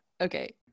Okay